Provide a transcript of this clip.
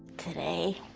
today,